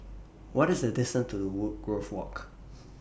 What IS The distance to Woodgrove Walk